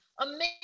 amazing